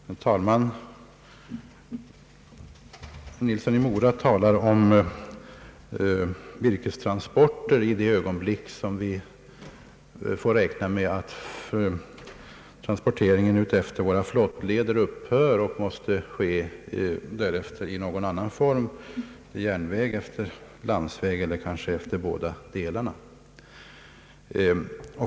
Herr talman! Herr Nilsson i Mora tog upp frågan om hur virkestransporterna skall ordnas när transporteringen i våra flottleder upphör och virket måste fraktas på järnväg eller landsväg eller kanske båda delarna.